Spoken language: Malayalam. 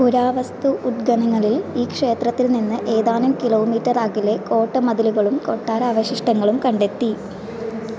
പുരാവസ്തു ഉത്ഘനനങ്ങളില് ഈ ക്ഷേത്രത്തിൽ നിന്ന് ഏതാനും കിലോമീറ്റർ അകലെ കോട്ടമതിലുകളും കൊട്ടാര അവശിഷ്ടങ്ങളും കണ്ടെത്തി